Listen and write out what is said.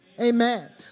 Amen